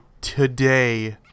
today